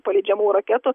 paleidžiamų raketų